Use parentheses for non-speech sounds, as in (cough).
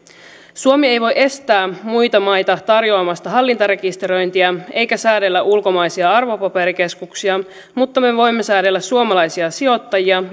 suomi ei voi estää muita maita tarjoamasta hallintarekisteröintiä eikä säädellä ulkomaisia arvopaperikeskuksia mutta me me voimme säädellä suomalaisia sijoittajia (unintelligible)